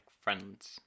friends